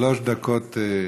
שלוש דקות לרשותך,